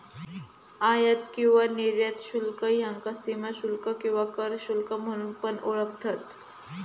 आयात किंवा निर्यात शुल्क ह्याका सीमाशुल्क किंवा कर शुल्क म्हणून पण ओळखतत